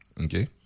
Okay